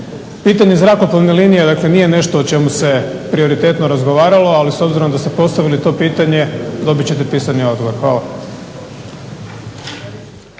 Pitanje zrakoplovne linije, dakle nije nešto o čemu se prioritetno razgovaralo, ali s obzirom da ste postavili to pitanje dobit ćete pisani odgovor. Hvala.